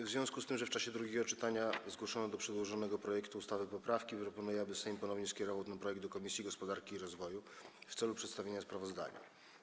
W związku z tym, że w czasie drugiego czytania zgłoszono do przedłożonego projektu ustawy poprawki, proponuję, aby Sejm ponownie skierował ten projekt do Komisji Gospodarki i Rozwoju w celu przedstawienia sprawozdania.